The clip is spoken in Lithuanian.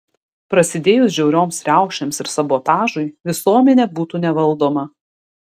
prasidėjus žiaurioms riaušėms ir sabotažui visuomenė būtų nevaldoma